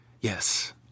yes